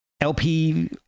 LP